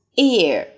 ear